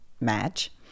Match